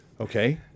Okay